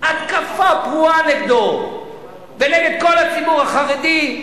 התקפה פרועה נגדו ונגד כל הציבור החרדי,